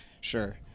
sure